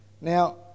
Now